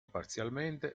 parzialmente